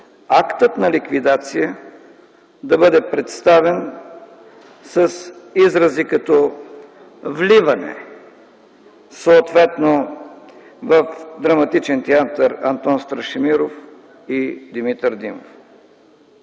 актът на ликвидация да бъде представен с изрази като „вливане” – съответно в драматичните театри „Антон Страшимиров” и „Димитър Димов”.